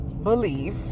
believe